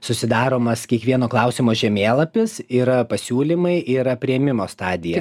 susidaromas kiekvieno klausimo žemėlapis yra pasiūlymai yra priėmimo stadija